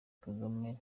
kagame